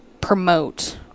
promote